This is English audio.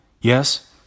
Yes